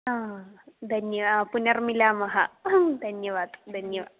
हा दन्य पुनर्मिलामः धन्यवादः धन्यवादः